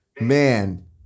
Man